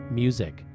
music